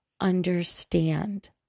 understand